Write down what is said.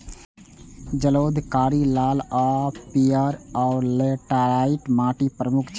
जलोढ़, कारी, लाल आ पीयर, आ लेटराइट माटि प्रमुख छै